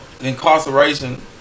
incarceration